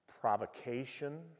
provocation